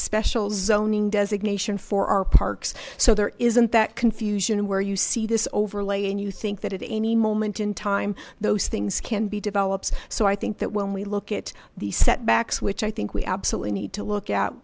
special zoning designation for our parks so there isn't that confusion and where you see this overlay and you think that at any moment in time those things can be developed so i think that when we look at the setbacks which i think we absolutely need to look